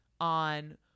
on